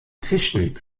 fischen